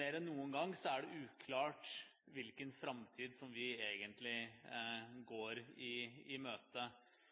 mer enn noen gang er det uklart hvilken framtid vi egentlig går i